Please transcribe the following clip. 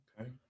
Okay